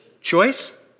choice